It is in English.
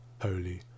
Holy